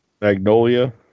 Magnolia